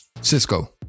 Cisco